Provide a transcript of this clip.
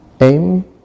Aim